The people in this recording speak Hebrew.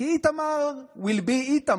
כי איתמר will be איתמר,